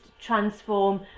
transform